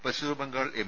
Paschim Bengal M